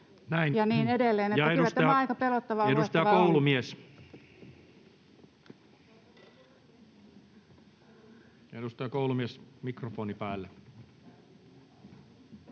Edustaja Koulumies, mikrofoni päälle.